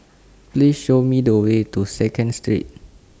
Please Show Me The Way to Second Street